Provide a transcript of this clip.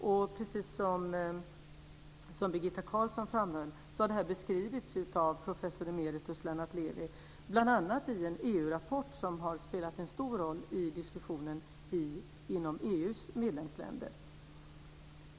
Och precis som Birgitta Carlsson framhöll har detta beskrivits av professor emeritus Lennart Levi, bl.a. i en EU-rapport som har spelat en stor roll i diskussionen inom EU:s medlemsländer.